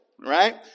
right